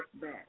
back